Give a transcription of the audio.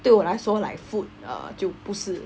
对我来说 like food uh 就不是